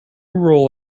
roll